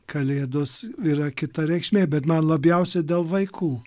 kalėdos yra kita reikšmė bet man labiausiai dėl vaikų